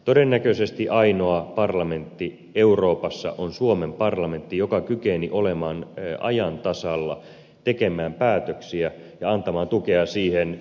todennäköisesti ainoa parlamentti euroopassa joka kykeni olemaan ajan tasalla tekemään päätöksiä ja antamaan tukea siihen on suomen parlamentti